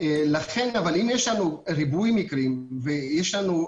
יחד עם זה יש הרבה מאוד פגיעה בציבור צרכנים ובוודאי צרכנים מוחלשים.